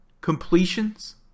completions